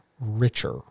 richer